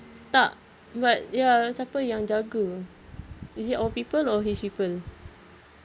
tak but ya siapa yang jaga is it our people or his people